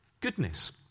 Goodness